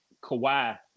Kawhi